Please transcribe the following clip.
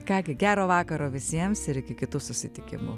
ką gi gero vakaro visiems ir iki kitų susitikimų